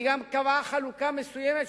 היא גם קבעה חלוקה מסוימת,